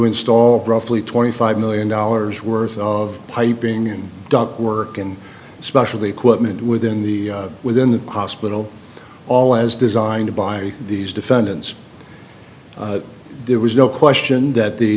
install roughly twenty five million dollars worth of piping and dump work and especially equipment within the within the hospital all as designed by these defendants there was no question that the